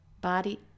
Body